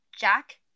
Jack